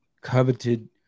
coveted